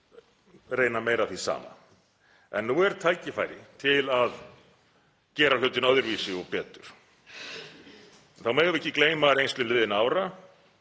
reyna meira af því sama en nú er tækifæri til að gera hlutina öðruvísi og betur. Þá megum við ekki gleyma reynslu liðinna ára.